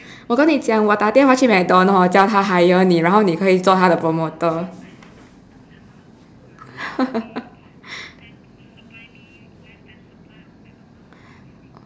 我跟你讲我打电话去 MacDonald's hor 叫它 hire 你然后你可以做它的 promoter